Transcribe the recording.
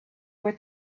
were